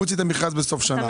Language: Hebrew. את ההרשאה אני נותן לשנה הבאה.